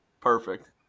Perfect